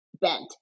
bent